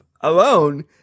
alone